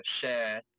share